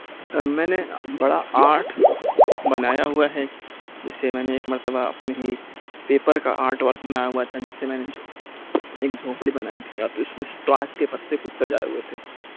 میں نے بڑا آٹھ بنایا ہُوا ہے جیسے میں نے ایک مرتبہ اپنے ہی پیپر کا آرٹ ورک بنایا ہُوا تھا جس سے میں نے ایک جھونپڑی بنائی تھی تو اُس میں سے تاش کے پتے کچھ سجائے ہوئے تھے